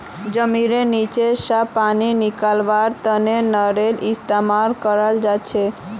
जमींनेर नीचा स पानी निकलव्वार तने नलेर इस्तेमाल कराल जाछेक